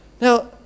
Now